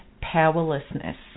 powerlessness